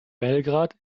belgrad